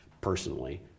personally